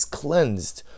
cleansed